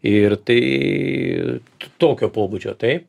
ir tai tokio pobūdžio taip